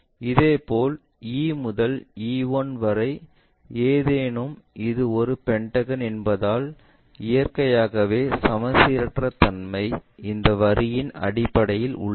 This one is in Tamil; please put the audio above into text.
இதேபோல் E முதல் E 1 வரை ஏனெனில் இது ஒரு பென்டகன் என்பதால் இயற்கையாகவே சமச்சீரற்ற தன்மை இந்த வரியின் அடிப்படையில் உள்ளது